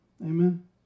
Amen